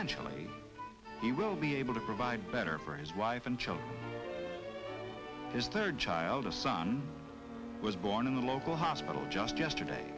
financially he will be able to provide better for his wife and children is third child a son was born in the local hospital just yesterday